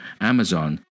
Amazon